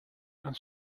and